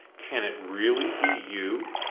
can it really be you?